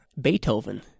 beethoven